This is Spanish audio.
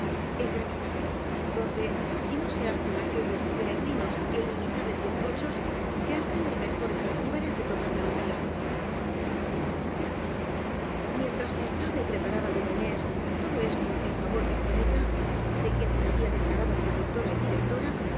en granada donde si no se hacen aquellos peregrinos é inimi tables bizcochos se hacen los mejores almíbares de toda andalucía mientras trazaba y preparaba doña inés todo esto en favor de juanita de quien se había decla rado protectora y directora